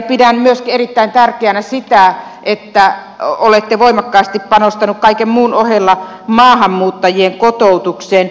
pidän myöskin erittäin tärkeänä sitä että olette voimakkaasti panostanut kaiken muun ohella maahanmuuttajien kotoutukseen